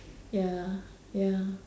ya ya